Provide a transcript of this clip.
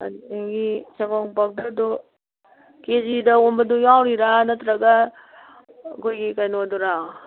ꯑꯗꯨꯗꯒꯤ ꯁꯪꯒꯣꯝ ꯄꯥꯎꯗꯔꯗꯣ ꯀꯦ ꯖꯤꯗ ꯑꯣꯟꯕꯗꯣ ꯌꯥꯎꯔꯤꯔꯥ ꯅꯠꯇ꯭ꯔꯒ ꯑꯩꯈꯣꯏꯒꯤ ꯀꯩꯅꯣꯗꯨꯔꯥ